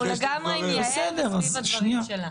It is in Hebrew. אנחנו לגמרי עם יעל וסביב הדברים שלה.